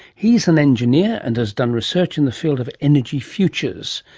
he's an engineer and has done research in the field of energy futures.